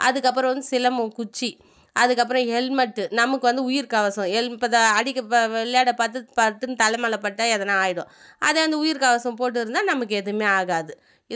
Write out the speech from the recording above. அதுக்கப்புறோம் வந்து சிலம்பம் குச்சி அதுக்கப்புறோம் ஹெல்மெட்டு நமக்கு வந்து உயிர் கவசம் ஹெல் இப்போ த அடிக்க விளையாட பட்டு பட்டுன்னு தலை மேலே பட்டால் எதனா ஆயிடும் அதே அந்த உயிர்க்கவசம் போட்டுருந்தால் நமக்கு எதுவுமே ஆகாது